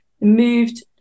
moved